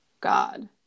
God